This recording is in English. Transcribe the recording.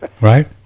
right